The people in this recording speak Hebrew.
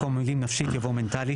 במקום המילה 'נפשית' יבוא 'מנטלית'.